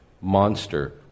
monster